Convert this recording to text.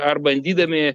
ar bandydami